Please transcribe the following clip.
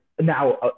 now